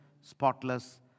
spotless